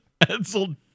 Edsel